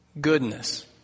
goodness